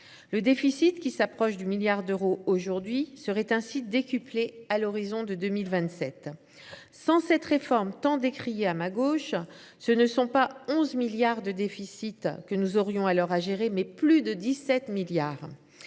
Le déficit, qui approche le milliard d’euros aujourd’hui, serait ainsi décuplé à l’horizon 2027. Sans cette réforme tant décriée à ma gauche, ce ne sont pas 11 milliards d’euros de déficit que nous aurions alors à gérer, mais plus de 17 milliards